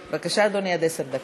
בבקשה, אדוני, עד עשר דקות.